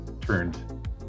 turned